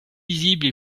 lisible